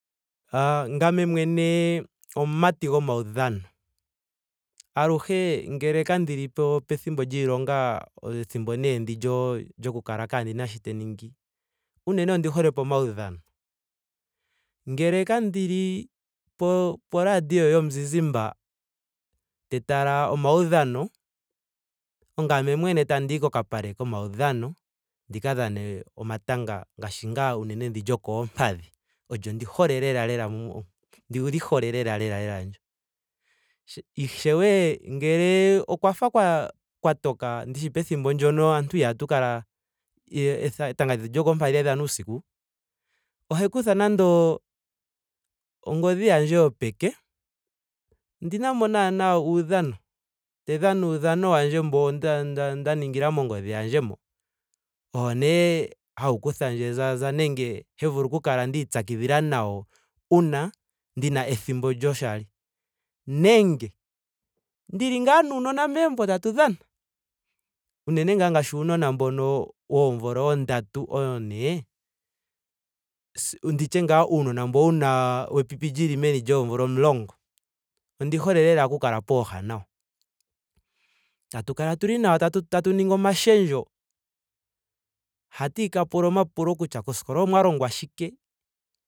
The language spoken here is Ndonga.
Aaah ngame mwene omumati gomaudhano. Aluhe ngele kandili po- pethimbo lyiilonga ethimbo nee ndi lyo- lyoku kala ndaana shi tandi ningi. unene ondi hole pomaudhano. Ngele kandili po- po radio yomuzizimba te tala omaudhano. ongame mwene tandiyi kokapale komaudhano ndi ka dhane omatanga ngaashi ngaa unene ndi lyokoompadhi. Olyo ndi hole lela lela. mo- ondili hole lela lela ndyo. Ishewe ngele okwa fa kwa- kwa toka ndishi pethimbo ndyono aantu ihatu kala etanga lyetu lyokoompadhi ihali dhanwa uusiku. Ohandi kutha nando ongodhi yandje yopeke. ondina mo naana uudhano. te dhana uudhano wandje mbo nda- nda ningila mongodhi yandje mo. Owo nee hawu kuthandje ezaza nenge he vulu oku kala ndii pyakidhila nawo uuna ndina ethimbo lyoshali. Nenge ndili ngaa naanona megumbo tatu dhana. Unene ngaa ngaashi uunona mbono woomvula oondatu. oone. ndi tye ngaa uunona mbo wuna. wepipi lyomeni lyoomvula dhili omulongo. Ondi hole lela oku kala pooha nawo. tatu kala tuli nawo tatu tu ningi omashendjo. ha tandi ka pula omapulo kutya koskola omwa longwa shike